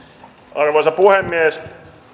arvoisa puhemies